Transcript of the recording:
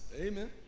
Amen